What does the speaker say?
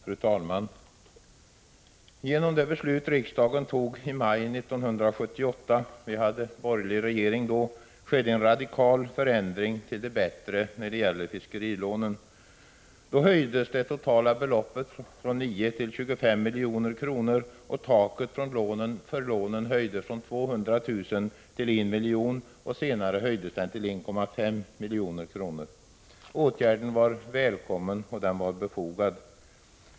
Fru talman! Genom det beslut riksdagen tog i maj 1978 — vi hade då borgerlig regering — skedde en radikal förändring till det bättre av fiskerilånen. Då höjdes det totala beloppet från 9 till 25 milj.kr., och taket för lånen höjdes från 200 000 kr. till 1 miljon. Senare höjdes det till 1,5 milj.kr. Åtgärden var välkommen och befogad.